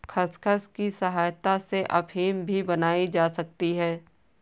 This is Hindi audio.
खसखस की सहायता से अफीम भी बनाई जा सकती है